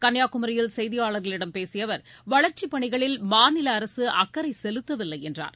கள்ளியாகுமரியில் செய்தியாளர்களிடம் பேசிய அவர் வளர்ச்சிப் பணிகளில் மாநில அரசு அக்கறை செலுத்தவில்லை என்றார்